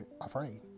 afraid